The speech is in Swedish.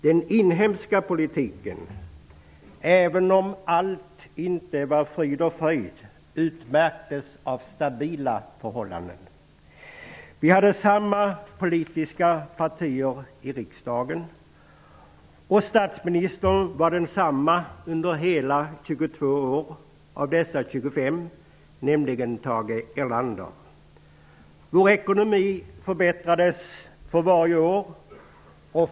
Den inhemska politiken, även om allt inte var frid och fröjd, utmärktes av stabila förhållanden. Vi hade samma politiska partier i riksdagen, och statsministern var densamma under hela 22 år av dessa 25, nämligen Tage Erlander. Vår ekonomi förbättrades varje år.